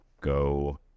go